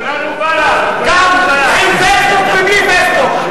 כולנו בל"ד, כולנו בל"ד.